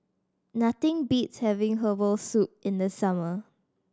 nothing beats having herbal soup in the summer